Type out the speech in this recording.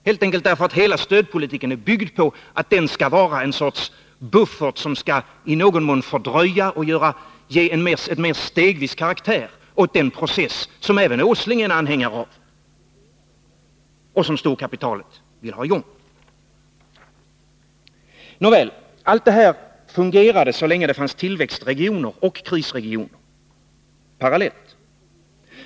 Hela stödpolitiken är nämligen byggd på att den skall vara en sorts buffert som skall i någon mån begränsa — och ge en mer stegvis karaktär åt — den process som även Nils Åsling är anhängare av och som storkapitalet vill ha i gång. Allt detta fungerade, så länge det fanns tillväxtregioner och krisregioner parallellt.